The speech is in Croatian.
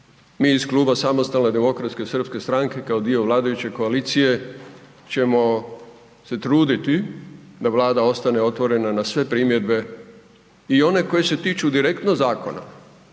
Mi iz Kluba SDSS-a kao dio vladajuće koalicije ćemo se truditi da vlada ostane otvorena na sve primjedbe i one koje se tiču direktno zakona